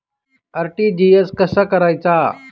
RTGS कसा करायचा?